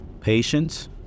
patience